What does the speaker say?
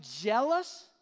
jealous